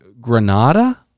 Granada